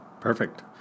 Perfect